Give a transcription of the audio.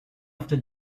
after